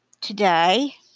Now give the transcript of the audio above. today